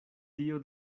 tio